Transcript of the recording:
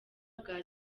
bwa